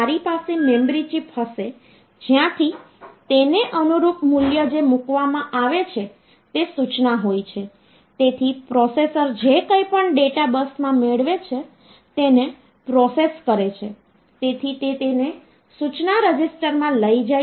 તેથી આપણે યાદ રાખવું પડશે કે તેમનું અનુરૂપ ડેસિમલ મૂલ્ય શું છે અને તેના માટે કોઈપણ આર્બિટ્રરી પ્રતીક રજૂ કરી શકાય છે